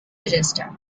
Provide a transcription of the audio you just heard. register